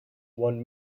won